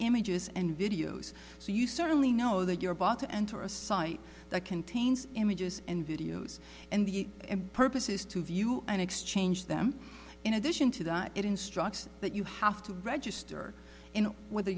images and videos so you certainly know that your bot to enter a site that contains images and videos and the purpose is to view and exchange them in addition to that it instructs that you have to register in